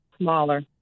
smaller